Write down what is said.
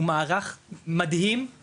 הוא מערך מדהים,